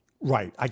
Right